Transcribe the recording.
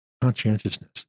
conscientiousness